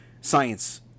science